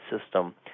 system